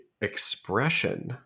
expression